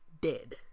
dead